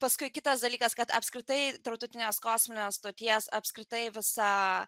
paskui kitas dalykas kad apskritai tarptautinės kosminės stoties apskritai visa